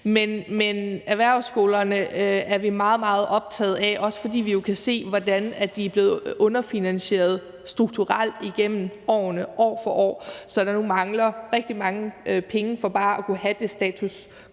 Men erhvervsskolerne er vi meget, meget optaget af, også fordi vi jo kan se, hvordan de er blevet underfinansieret strukturelt igennem årene – år for år – så der nu mangler rigtig mange penge for bare at kunne have det status